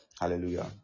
hallelujah